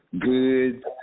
Good